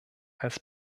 als